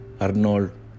Arnold